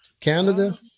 Canada